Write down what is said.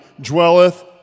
dwelleth